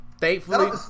Thankfully